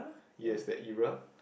yes that era